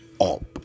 up